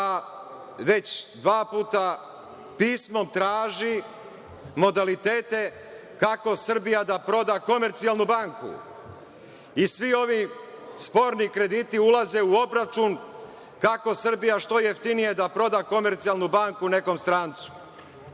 već dva puta pismom traži modalitete kako Srbija da proda Komercijalnu banku, i svi ovi sporni krediti ulaze u obračun kako Srbija što jeftinije da proda Komercijalnu banku nekom strancu.